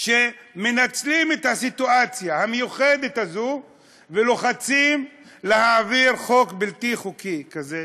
שמנצלים את הסיטואציה המיוחדת הזאת ולוחצים להעביר חוק בלתי חוקי כזה,